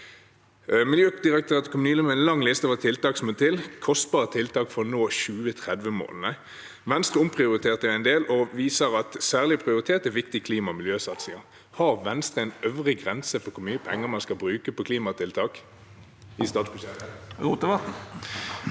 Miljødirektoratet kom nylig med en lang liste over tiltak som må til, kostbare tiltak for å nå 2030-målene. Venstre omprioriterte en del og viser at særlig prioritert er viktige klima- og miljøsatsinger. Har Venstre en øvre grense for hvor mye penger man skal bruke på klimatiltak i